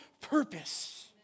purpose